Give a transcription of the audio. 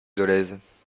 dolez